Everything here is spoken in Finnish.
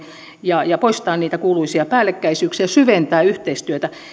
ja ja poistaa niitä kuuluisia päällekkäisyyksiä ja syventää yhteistyötä